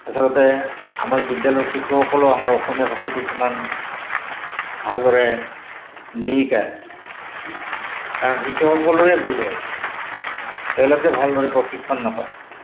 আচলতে আমাৰ বিদ্যালয় শিক্ষকসকলেও আমাৰ অসমীয়া ভাষাটোক ইমান ভালদৰে নিশিকায় কাৰণ শিক্ষকসকলৰেই ভুল হয় তেওঁলোকে ভালদৰে প্ৰশিক্ষণ নাপায়